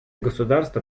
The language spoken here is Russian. государства